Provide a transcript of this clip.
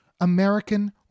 American